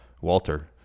Walter